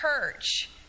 church